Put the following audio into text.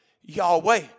Yahweh